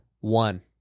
one